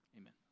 Amen